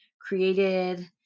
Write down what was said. created